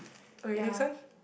okay next one